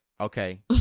Okay